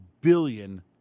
billion